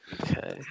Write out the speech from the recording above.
Okay